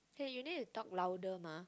hey you need to talk louder ma